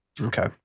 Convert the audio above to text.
Okay